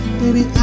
baby